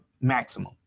maximum